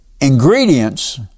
ingredients